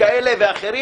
כאלה ואחרים